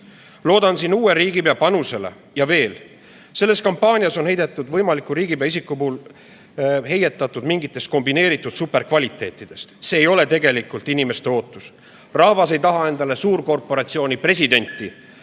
Loodan siin uue riigipea panusele. Ja veel, selles kampaanias on heietatud võimaliku riigipea isiku mingitest kombineeritud superomadustest. See ei ole tegelikult inimeste ootus. Rahvas ei taha endale suurkorporatsiooni presidenti,